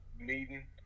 meeting